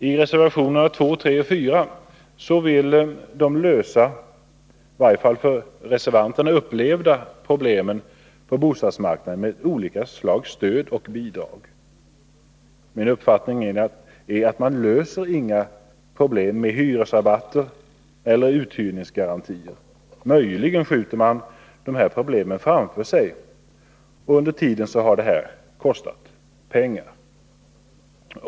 I reservationerna 2, 3 och 4 vill de lösa de problem på bostadsmarknaden som i varje fall reservanterna har upplevt med olika slags stöd och bidrag. Min uppfattning är att man inte löser några problem med hyresrabatter eller uthyrningsgarantier. Möjligen skjuter man problemen framför sig, och under tiden har det hela kostat pengar.